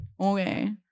okay